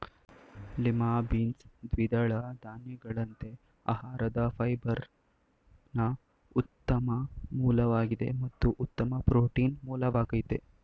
lima beans ದ್ವಿದಳ ಧಾನ್ಯಗಳಂತೆ ಆಹಾರದ ಫೈಬರ್ನ ಉತ್ತಮ ಮೂಲವಾಗಿದೆ ಮತ್ತು ಉತ್ತಮ ಪ್ರೋಟೀನ್ ಮೂಲವಾಗಯ್ತೆ